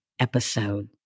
episode